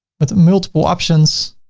but the multiple options,